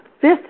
fifth